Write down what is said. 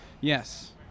Yes